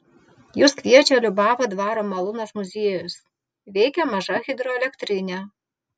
jus kviečia liubavo dvaro malūnas muziejus veikia maža hidroelektrinė